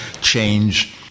change